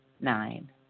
nine